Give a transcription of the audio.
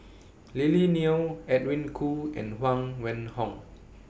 Lily Neo Edwin Koo and Huang Wenhong